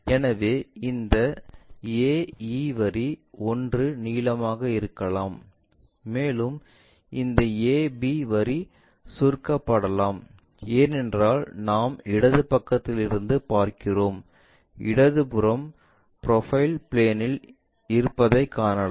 எனவே இந்த AE வரி 1 நீளமாக இருக்கலாம் மேலும் இந்த ab வரி சுருக்கப்படலாம் ஏனென்றால் நாம் இடது பக்கத்திலிருந்து பார்க்கிறோம் இடது புறம் ப்ரொபைல் பிளேன்இல் இருப்பதைக் காணலாம்